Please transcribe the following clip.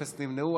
אפס נמנעו.